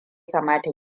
kamata